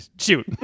shoot